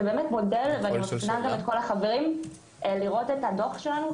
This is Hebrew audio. אני מזמינה גם את כל החברים לראות את הדוח שלנו.